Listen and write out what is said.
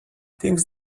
things